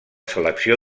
selecció